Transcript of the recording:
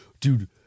dude